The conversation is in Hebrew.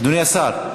השר,